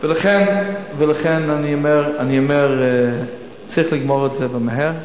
ולכן אני אומר, צריך לגמור את זה ומהר.